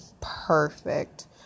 perfect